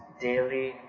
daily